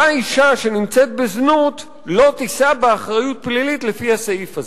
אותה אשה שנמצאת בזנות לא תישא באחריות פלילית לפי הסעיף הזה.